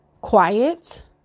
quiet